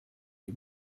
või